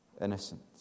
innocent